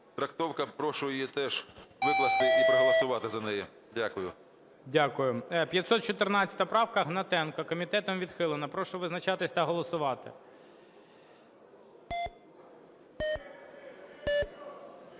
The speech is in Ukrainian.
трактовка, прошу її теж викласти і проголосувати за неї. Дякую. ГОЛОВУЮЧИЙ. Дякую. 514 правка, Гнатенко. Комітетом відхилена. Прошу визначатись та голосувати.